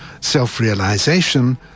self-realization